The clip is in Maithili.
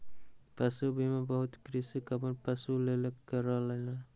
पशु बीमा बहुत कृषक अपन पशुक लेल करौलेन